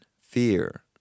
fear